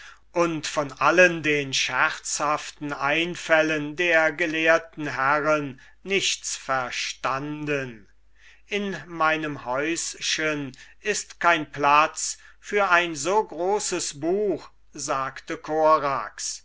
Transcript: und von allen den scherzhaften einfällen der gelehrten herren nichts verstanden in meinem häuschen ist kein platz für ein so großes buch sagte korax